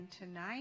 tonight